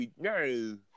no